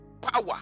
power